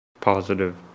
positive